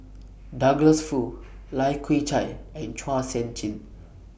Douglas Foo Lai Kew Chai and Chua Sian Chin